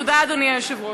תודה, אדוני היושב-ראש.